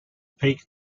peak